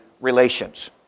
relations